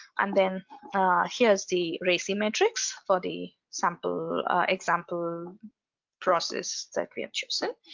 and then here's the raci metrics for the sample example process, that we have chosen.